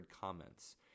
comments